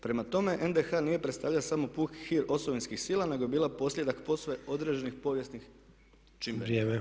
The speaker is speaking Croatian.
Prema tome NDH nije predstavljala samo puki hir osovinskih sila nego je bila posljedak posve određenih povijesnih čimbenika.